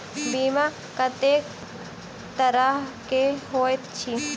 बीमा कत्तेक तरह कऽ होइत छी?